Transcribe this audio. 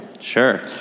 Sure